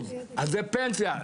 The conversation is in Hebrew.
אז זה פנסיה.